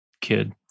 kid